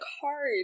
card